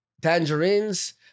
tangerines